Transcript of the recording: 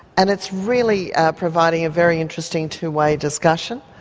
and it's really providing a very interesting two-way discussion.